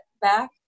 back